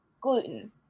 gluten